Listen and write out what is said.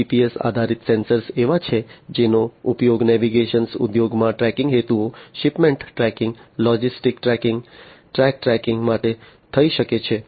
GPS આધારિત sensor એવા છે કે જેનો ઉપયોગ નેવિગેશન ઉદ્યોગમાં ટ્રેકિંગ હેતુઓ shipment tracking logistics tracking truck tracking માટે થઈ શકે છે